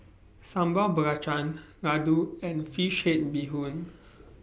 Sambal Belacan Laddu and Fish Head Bee Hoon